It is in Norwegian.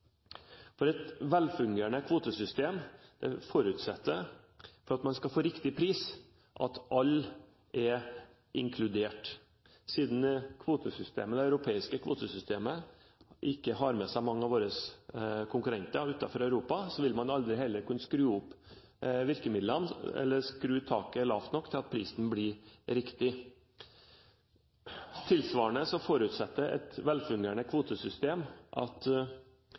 Et velfungerende kvotesystem forutsetter, for at man skal få riktig pris, at alle er inkludert. Siden det europeiske kvotesystemet ikke har med seg mange av våre konkurrenter utenfor Europa, vil man heller aldri kunne skru opp virkemidlene, eller taket lavt nok, til at prisen blir riktig. Tilsvarende forutsetter et velfungerende kvotesystem at